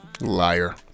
Liar